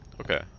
Okay